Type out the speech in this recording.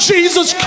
Jesus